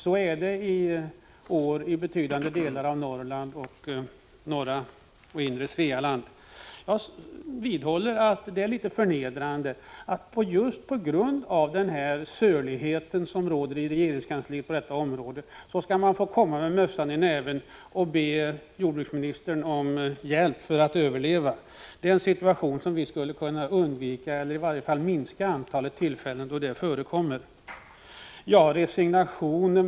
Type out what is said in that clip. Så är det i år i betydande delar av Norrland och i de norra och inre delarna av Svealand. Jag vidhåller att det är litet förnedrande för jordbrukarna att just på grund av den sölighet som finns inom regeringskansliet på det här området tvingas komma med mössan i näven och be jordbruksministern om hjälp för att överleva. Det är en situation som vi skulle kunna undvika. I varje fall skulle vi kunna minska antalet tillfällen då detta förekommer.